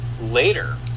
later